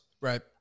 Right